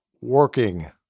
working